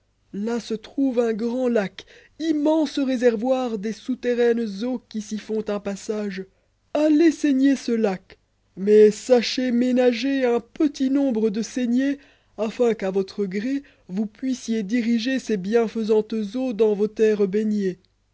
l e trouve un grand laca immense réservoir p es squerraines c'àûx qui s'y font un passage allez saigner ce lac niais sachez inériager un petit nombre de saignées afin qu'à votre gré vous'puissiez diriger ces bienfaisantes eaux dans vos terres baignées